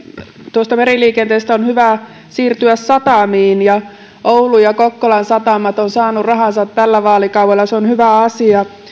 tuosta meriliikenteestä on hyvä siirtyä satamiin oulun ja kokkolan satamat ovat saaneet rahansa tällä vaalikaudella ja se on hyvä asia